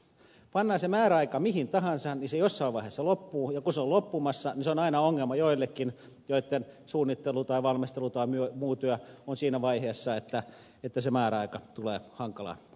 pannaan se määräaika mihin tahansa niin se jossain vaiheessa loppuu ja kun se on loppumassa niin se on aina ongelma joillekin joitten suunnittelu tai valmistelu tai muu työ on siinä vaiheessa että se määräaika tulee hankalaan kohtaan